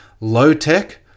low-tech